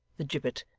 the gibbet,